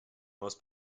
most